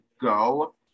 go